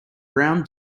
brown